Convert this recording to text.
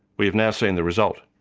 we have now seen the result.